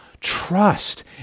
trust